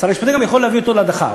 שר המשפטים יכול גם להביא אותו להדחה,